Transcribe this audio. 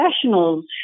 professionals